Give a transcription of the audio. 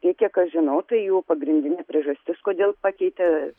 ir kiek aš žinau tai jų pagrindinė priežastis kodėl pakeitė